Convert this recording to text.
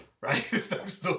right